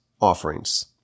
offerings